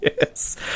Yes